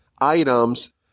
items